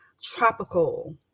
tropical